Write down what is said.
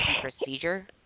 procedure